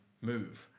move